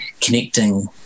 connecting